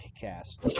cast